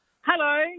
Hello